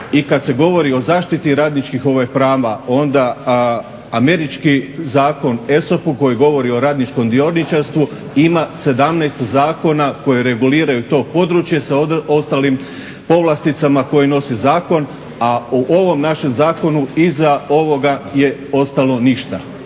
I kad se govori o zaštiti radničkih prava onda američki zakon ESOP koji govori o radničkom dioničarstvu ima 17 zakona koji reguliraju to područje sa ostalim povlasticama koje nosi zakon, a o ovom našem zakonu iza ovoga je ostalo ništa.